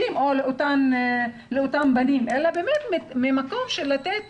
או לאותם בנים אלא באמת ממקום של לתת